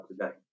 today